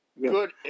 good